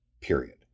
period